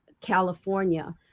California